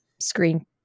screen